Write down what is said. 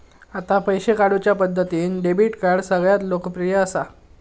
आता पैशे काढुच्या पद्धतींत डेबीट कार्ड सगळ्यांत लोकप्रिय असा